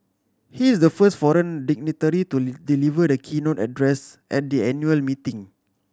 he is the first foreign dignitary to deliver the keynote address at the annual meeting